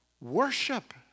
worship